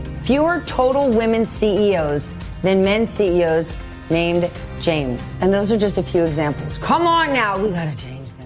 fewer total women ceos than men ceos named james. and those are just a few examples. come on, now! we've gotta change